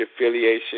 affiliation